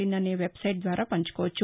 in అన్న website ద్వారా పంచుకోవచ్చు